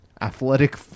athletic